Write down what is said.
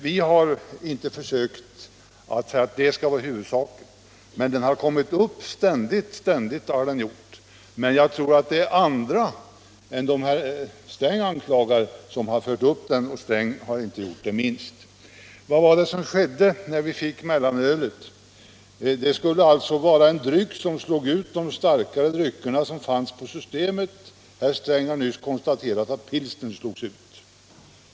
Vi har inte velat göra ölfrågan till en huvudsak, men den har ständigt kommit upp till debatt. Jag tror emellertid att det är andra än dem som herr Sträng anklagar som fört in frågan i debatten — inte minst herr Sträng har gjort det. Vad var det som skedde när vi fick mellanölet? Det skulle vara en dryck som slog ut de starkare dryckerna, som fanns på systemet. Herr Sträng har nyss konstaterat att pilsnern slogs ut.